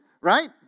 Right